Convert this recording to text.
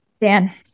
Dan